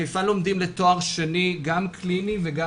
בחיפה לומדים לתואר שני גם קליני וגם